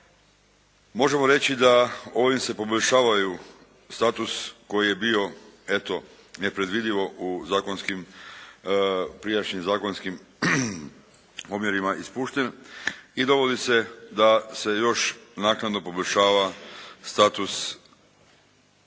Možemo reći da ovim se poboljšavaju status koji je bio eto nepredvidivo u zakonskim, prijašnjim zakonskim omjerima ispušten i dovodi se da se još naknadno poboljšava status smrtno